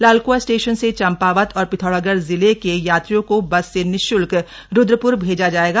Lalkuan station से चम्पावत और पिथौरागढ़ जिले के यात्रियों को बस से निश्ल्क रुद्रप्र भैजा जायेगा